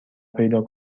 پیدا